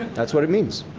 that's what it means.